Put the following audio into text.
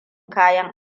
kayan